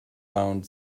bound